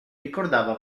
ricordava